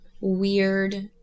weird